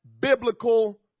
biblical